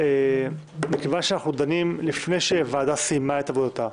מכיוון שאנחנו דנים לפני שהוועדה סיימה את עבודתה,